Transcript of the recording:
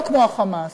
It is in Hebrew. לא כמו ה"חמאס"